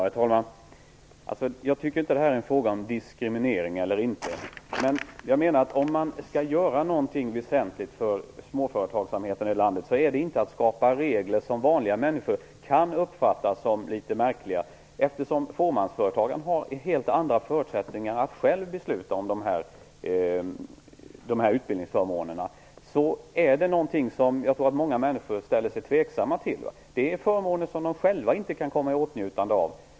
Herr talman! Jag tycker inte att frågan gäller diskriminering eller inte. Om man skall göra något väsentligt för småföretagsamheten i landet är det inte att skapa regler som vanliga människor kan uppfatta som litet märkliga. Fåmansföretagen har helt andra förutsättningar att själva besluta om utbildningsförmånerna, och det är någonting som många människor ställer sig tveksamma till. Det är förmåner som de själva inte kan komma i åtnjutande av.